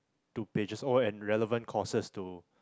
two pages oh and relevant courses to